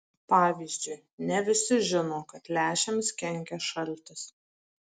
pavyzdžiui ne visi žino kad lęšiams kenkia šaltis